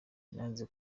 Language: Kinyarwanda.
nanze